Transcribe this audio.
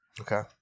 Okay